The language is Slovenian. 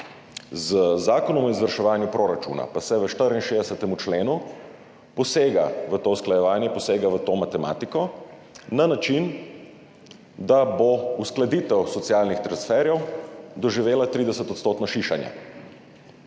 Z Zakonom o izvrševanju proračuna pa se v 64. členu posega v to usklajevanje, posega v to matematiko na način, da bo uskladitev socialnih transferjev doživela 30 % šišanje.